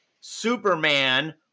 Superman